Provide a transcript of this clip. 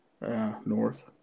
North